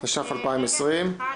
התש"ף-2020.